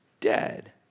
dead